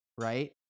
right